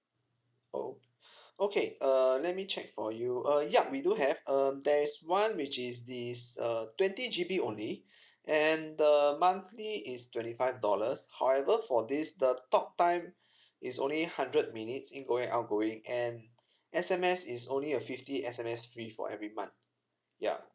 oh okay err let me check for you uh ya we do have um there is one which is this uh twenty G_B only and the monthly is twenty five dollars however for this the talk time is only hundred minutes ingoing and outgoing and S_M_S is only uh fifty S_M_S free for every month ya